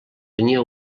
tenia